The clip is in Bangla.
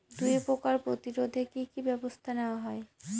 দুয়ে পোকার প্রতিরোধে কি কি ব্যাবস্থা নেওয়া হয়?